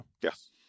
Yes